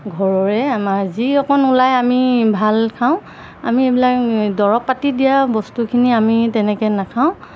ঘৰৰে আমাৰ যি অকণ ওলাই আমি ভাল খাওঁ আমি এইবিলাক দৰৱ পাতি দিয়া বস্তুখিনি আমি তেনেকৈ নাখাওঁ